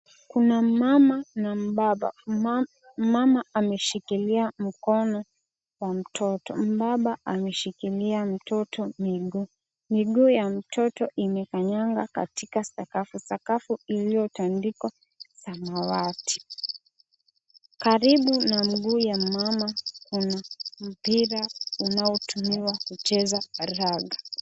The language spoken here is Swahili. Kuna mmama na mbaba, mmama ameshikilia mkono wa mtoto, mbaba ameshikilia mtoto miguu. Miguu ya mtoto imekanyaga katika sakafu, sakafu iliyotandikwa samawati. Karibu na mguu ya mama kuna mpira unaotumiwa kucheza raga.